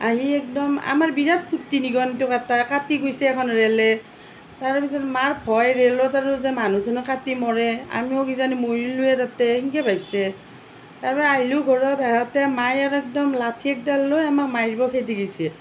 আহি একদম আমাৰ বিৰাট ফূৰ্তি নিগনিটো কাটা কাটি গৈছে এখন ৰে'লে তাৰে পিছত মাৰ ভয় ৰে'লত আৰু যে মানুহ চানুহ কাটি মৰে আমিও কিজানি মইল্লুৱেই তাতে সেনেকে ভাবিছে তাৰ পৰা আহিলো ঘৰত আহোঁতে মাই একদম লাঠি একডাল লৈ আমাক মাৰিব খেদি গৈছে